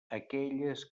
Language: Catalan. aquelles